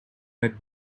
had